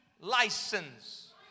license